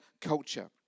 culture